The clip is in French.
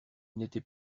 n’était